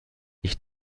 ich